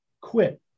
quit